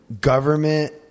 government